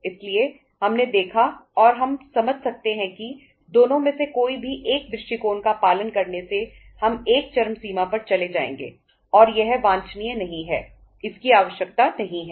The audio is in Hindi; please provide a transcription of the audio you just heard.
इसलिए हमने देखा और हम समझ सकते हैं कि दोनों में से कोई भी एक दृष्टिकोण का पालन करने से हम एक चरम सीमा पर चले जाएंगे और यह वांछनीय नहीं है इसकी आवश्यकता नहीं है